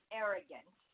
arrogant